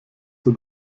der